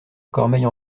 cormeilles